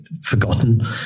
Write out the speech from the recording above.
forgotten